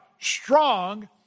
strong